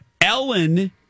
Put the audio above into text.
Ellen